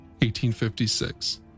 1856